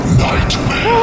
nightmare